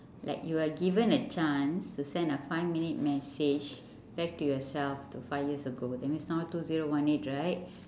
like you are given a chance to send a five minute message back to yourself to five years ago that means now two zero one eight right